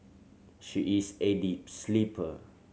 she is a deep sleeper